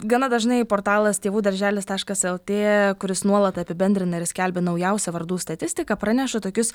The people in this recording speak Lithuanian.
gana dažnai portalas tėvų darželis taškas lt kuris nuolat apibendrina ir skelbia naujausią vardų statistiką praneša tokius